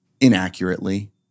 inaccurately